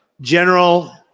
General